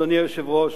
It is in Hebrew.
אדוני היושב-ראש,